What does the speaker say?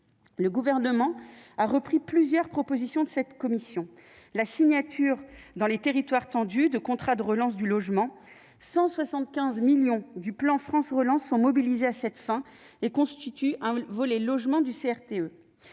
Le Gouvernement a repris plusieurs propositions de cette commission, comme la signature, dans les territoires tendus, de contrats de relance du logement : au total, 175 millions d'euros du plan France Relance sont mobilisés à cette fin. Ils constituent le volet « logement » des